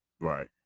Right